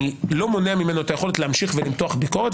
אני לא מונע ממנו את היכולת להמשיך ולמתוח ביקורת,